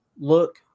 look